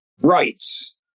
rights